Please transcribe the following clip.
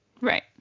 Right